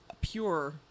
pure